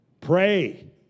Pray